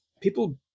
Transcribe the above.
people